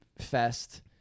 Fest